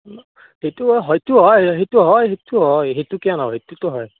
সেইটো হয় সেইটো হয় সেইটো হয় সেইটো হয় সেইটো কিয় নহয় সেইটোতো হয়